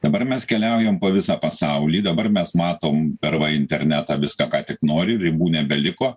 dabar mes keliaujam po visą pasaulį dabar mes matom per internetą viską ką tik nori ribų nebeliko